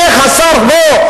איך השר לא?